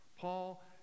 Paul